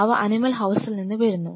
അവ അനിമൽ ഹൌസിൽ നിന്ന് വരുന്നു